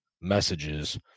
messages